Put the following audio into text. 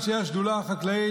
אנשי השדולה החקלאית,